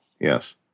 Yes